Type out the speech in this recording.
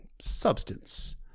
substance